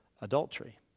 adultery